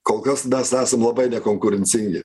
kol kas mes esam labai nekonkurencingi